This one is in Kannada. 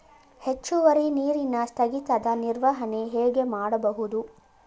ಹೆಚ್ಚುವರಿ ನೀರಿನ ಸ್ಥಗಿತದ ನಿರ್ವಹಣೆ ಹೇಗೆ ಮಾಡಬಹುದು?